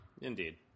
indeed